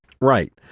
Right